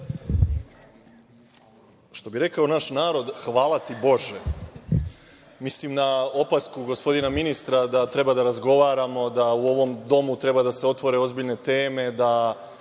Što bi rekao naš narod – hvala ti, Bože! Mislim na opasku gospodina ministra da treba da razgovaramo, da u ovom domu treba da se otvore ozbiljne teme, da